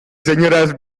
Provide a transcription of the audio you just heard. señoras